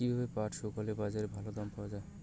কীভাবে পাট শুকোলে বাজারে ভালো দাম পাওয়া য়ায়?